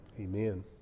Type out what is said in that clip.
Amen